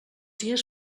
dies